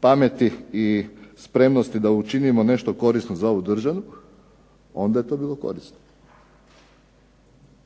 pameti i spremnosti da učinimo nešto korisno za ovu državu onda je to bilo korisno.